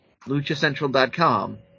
LuchaCentral.com